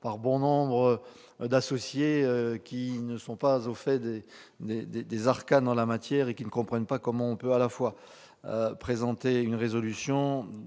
par bon nombre d'associés, qui ne sont pas au fait des arcanes de la loi et qui ne comprennent pas comment l'on peut présenter une résolution